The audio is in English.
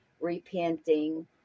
repenting